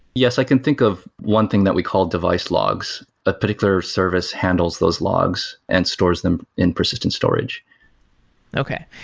yes. i can think of one thing that we call device logs. a particular service handles those logs and stores them in persistent storage okay.